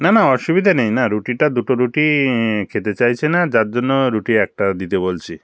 না না অসুবিধা নেই না রুটিটা দুটো রুটি খেতে চাইছি না যার জন্য রুটি একটা দিতে বলছি